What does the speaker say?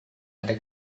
ada